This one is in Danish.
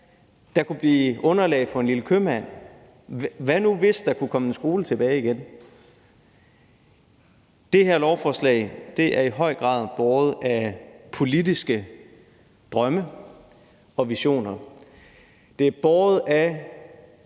der kunne blive grundlag for en lille købmand? Hvad nu, hvis der kunne komme en skole tilbage igen? Det her lovforslag er i høj grad båret af politiske drømme og visioner. Det er båret af